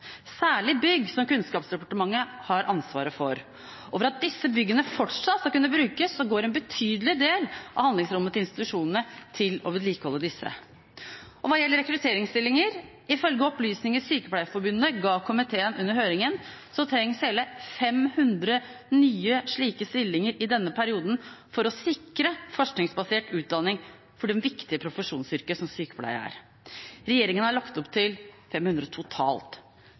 særlig bygg som Kunnskapsdepartementet har ansvaret for. Og for at disse byggene fortsatt skal kunne brukes, går en betydelig del av handlingsrommet til institusjonene til å vedlikeholde disse. Til det som gjelder rekrutteringsstillinger: Ifølge opplysninger Sykepleierforbundet ga komiteen under høringen, trengs hele 500 nye slike stillinger i denne perioden for å sikre forskningsbasert utdanning for det viktige profesjonsyrket som sykepleie er. Regjeringen har lagt opp til 500 totalt.